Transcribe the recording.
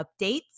updates